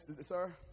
sir